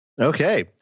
Okay